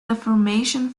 deformation